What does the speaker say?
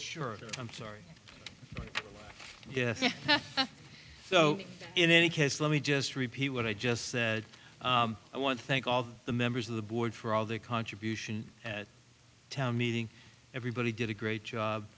there i'm sorry but yes so in any case let me just repeat what i just said i want to thank all the members of the board for all their contribution at town meeting everybody did a great job